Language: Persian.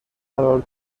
قرار